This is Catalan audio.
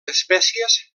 espècies